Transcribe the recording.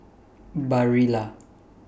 Barilla